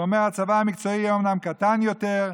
הוא אומר: הצבא המקצועי יהיה אומנם קטן יותר,